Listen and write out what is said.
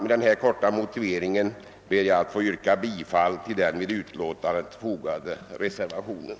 Med denna korta motivering ber jag att få yrka bifall till den vid betänkandet fogade reservationen.